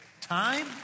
Time